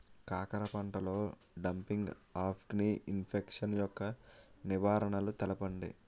కాకర పంటలో డంపింగ్ఆఫ్ని ఇన్ఫెక్షన్ యెక్క నివారణలు తెలపండి?